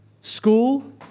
School